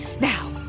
Now